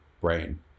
brain